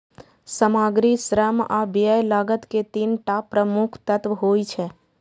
सामग्री, श्रम आ व्यय लागत के तीन टा प्रमुख तत्व होइ छै